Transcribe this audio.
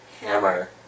Hammer